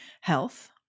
health